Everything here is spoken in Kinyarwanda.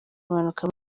impanuka